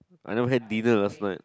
I never had dinner last night